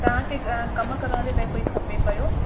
तव्हांखे कमु करण जे लाइ कोई खपे पियो